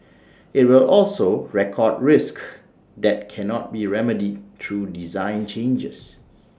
IT will also record risks that cannot be remedied through design changes